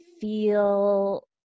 feel